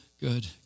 good